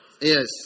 Yes